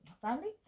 family